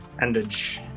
endage